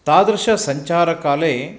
तादृशसञ्चारकाले